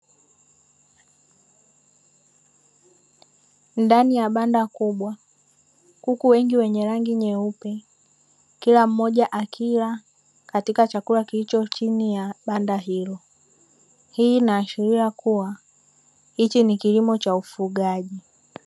Ndani ya banda kubwa; kuku wengi wenye rangi nyeupe, kila mmoja akila katika chakula kilicho chini ya banda hilo. Hii inaashiria kuwa hichi ni kilimo cha ufugaji.